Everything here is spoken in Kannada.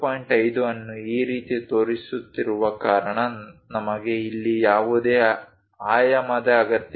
5 ಅನ್ನು ಈ ರೀತಿ ತೋರಿಸುತ್ತಿರುವ ಕಾರಣ ನಮಗೆ ಇಲ್ಲಿ ಯಾವುದೇ ಆಯಾಮದ ಅಗತ್ಯವಿಲ್ಲ